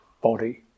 body